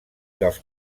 dels